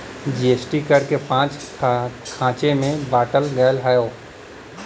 GST कर के पाँच खाँचे मे बाँटल गएल हौ